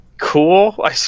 Cool